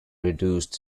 reduced